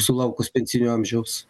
sulaukus pensinio amžiaus